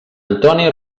antoni